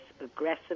aggressive